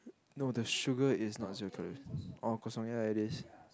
no the sugar is not zero calories oh kosong ya it is